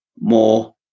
more